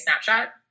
snapshot